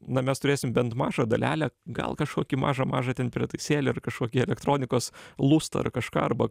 na mes turėsim bent mažą dalelę gal kažkokį mažą mažą ten prietaisėlį ar kažkokį elektronikos lustą ar kažką arba